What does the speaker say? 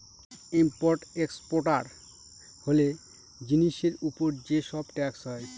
import exporter হলে জিনিসের উপর যে সব ট্যাক্স হয়